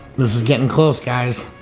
this is getting close, guys.